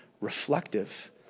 reflective